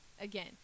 again